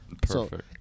Perfect